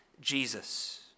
Jesus